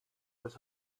was